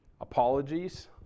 apologies